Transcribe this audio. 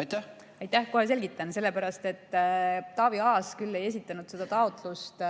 Aitäh! Kohe selgitan. Sellepärast, et Taavi Aas küll ei esitanud seda taotlust